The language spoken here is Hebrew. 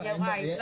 יוראי.